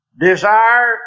desire